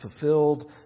fulfilled